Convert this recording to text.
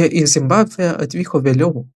jie į zimbabvę atvyko vėliau